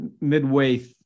midway